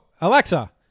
Alexa